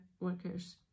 workers